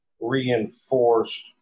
reinforced